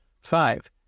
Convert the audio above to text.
Five